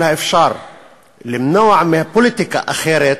אז עוד משפט אחד ואני מסיים.